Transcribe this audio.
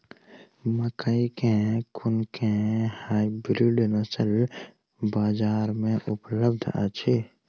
मकई केँ कुन केँ हाइब्रिड नस्ल बजार मे उपलब्ध अछि?